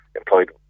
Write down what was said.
employed